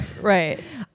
right